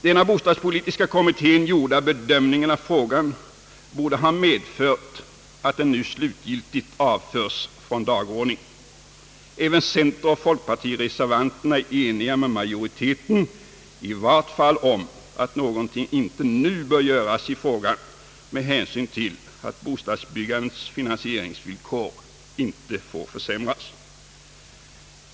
Den av bostadspolitiska kommittén gjorda bedömningen av frågan borde ha medfört att den nu slutgiltigt avförs från dagordningen. Även centeroch folkpartireservanterna är eniga med majoriteten i vart fall om att någonting inte nu bör göras i frågan med hänsyn till att bostadsbyggandets finansieringsvillkor inte får försämras.